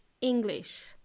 English